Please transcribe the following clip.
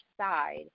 side